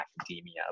academia